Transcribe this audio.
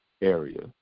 area